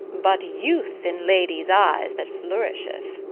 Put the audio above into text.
but youth in ladies' eyes that flourisheth.